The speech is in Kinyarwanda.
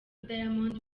diamond